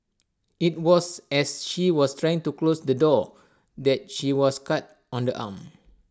IT was as she was trying to close the door that she was cut on the arm